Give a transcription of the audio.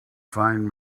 find